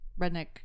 redneck